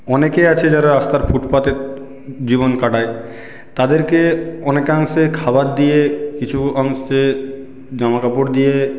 অনেকে আছে যারা রাস্তার ফুটপাতে জীবন কাটায় তাদেরকে অনেকাংশে খাবার দিয়ে কিছু অংশে জামাকাপড় দিয়ে